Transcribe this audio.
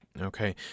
Okay